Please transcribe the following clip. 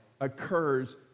occurs